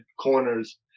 corners